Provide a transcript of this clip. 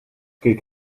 keek